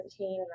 17